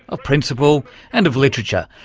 of principle and of literature.